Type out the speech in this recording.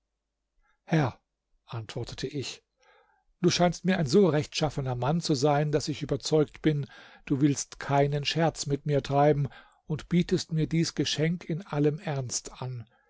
herr antwortete ich du scheinst mir ein so rechtschaffener mann zu sein daß ich überzeugt bin du willst keinen scherz mit mir treiben und bietest mir dies geschenk in allem ernst an